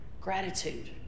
gratitude